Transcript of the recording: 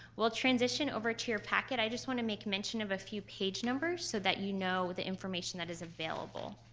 we'll transition over to your packet. i just want to make mention of a few page numbers so that you know the information that is available.